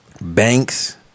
Banks